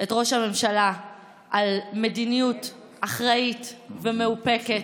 את ראש הממשלה על מדיניות אחראית ומאופקת,